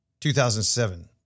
2007